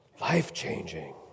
Life-changing